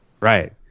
Right